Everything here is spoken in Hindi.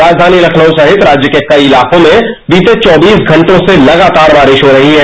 राज्यानी लखनऊ सहित राज्य के कई इलाकों में बीते चौबीस घंटों से लगातार बारिश हो रही है